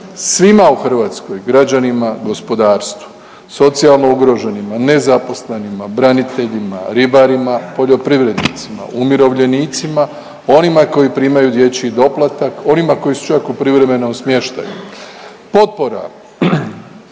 svima u Hrvatskoj, građanima, gospodarstvu, socijalno ugroženima, nezaposlenima, braniteljima, ribarima, poljoprivrednicima, umirovljenicima, onima koji primaju dječji doplatak, onima koji su čak u privremenom smještaju. Potpora